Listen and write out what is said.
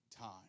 time